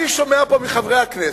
אני שומע פה מחברי הכנסת,